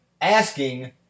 asking